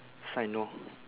sign no